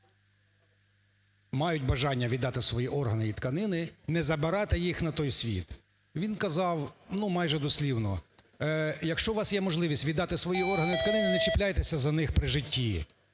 мають бажання віддати свої органи і тканини, не забирати їх на той світ. Він казав, ну, майже, дослівно, "якщо у вас є можливість віддати свої органи і тканини, не чіпляйтеся за них при житті.